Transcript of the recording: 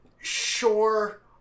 Sure